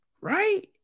Right